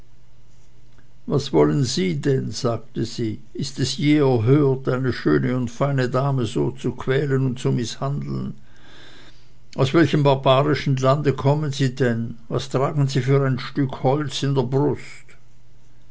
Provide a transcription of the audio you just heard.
was wollen sie denn sagte sie ist es je erhört eine schöne und feine dame so zu quälen und zu mißhandeln aus welchem barbarischen lande kommen sie denn was tragen sie für ein stück holz in der brust